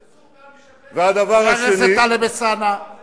הסכסוך כאן משפר את, חבר הכנסת טלב אלסאנע, לא,